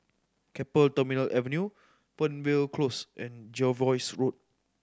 Keppel Terminal Avenue Fernvale Close and Jervois Road